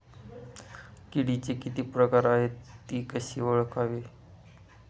किडीचे किती प्रकार आहेत? ति कशी ओळखावी?